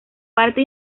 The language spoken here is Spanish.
parte